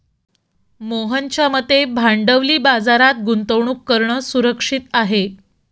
मोहनच्या मते भांडवली बाजारात गुंतवणूक करणं सुरक्षित आहे